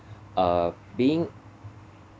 uh being